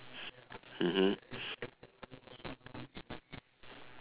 mmhmm